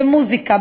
במוזיקה,